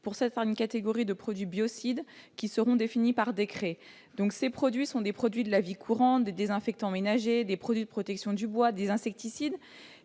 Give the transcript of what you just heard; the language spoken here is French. pour certaines catégories de produits biocides qui seront définies par décret. Il s'agit de produits de la vie courante- désinfectants ménagers, produits de protection du bois, insecticides